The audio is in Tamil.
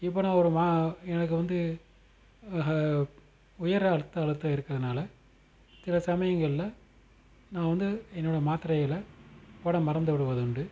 இப்போ நான் ஒரு மா எனக்கு வந்து உயர் ரத்த அழுத்தம் இருக்கிறதுனால சில சமயங்கள்ல நான் வந்து என்னோட மாத்திரைகளை போட மறந்துவிடுவது உண்டு